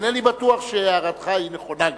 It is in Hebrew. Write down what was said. אינני בטוח שהערתך נכונה גם.